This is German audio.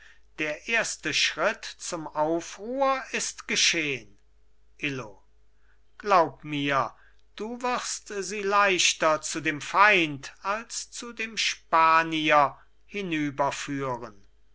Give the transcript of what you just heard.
der erste schritt zum aufruhr ist geschehn illo glaub mir du wirst sie leichter zu dem feind als zu dem spanier